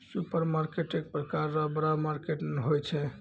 supermarket एक प्रकार रो बड़ा मार्केट होय छै